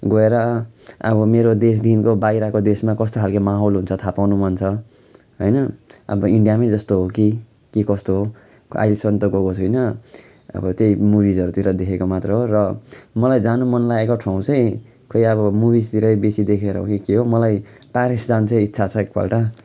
गएर अब मेरो देशदेखिको बाहिरको देशमा कस्तो खाले माहौल हुन्छ थाहा पाउन मन छ होइन अब इन्डियामै जस्तो हो कि के कस्तो हो अहिलेसम्म त गएको छैन अब त्यही मुभिजहरूतिर देखेको मात्र हो र मलाई जानु मन लागेको ठाउँ चाहिँ खै अब मुभिजतिरै बेसी देखेर हो कि के हो मलाई प्यारिस जानु चाहिँ इच्छा छ एक पल्ट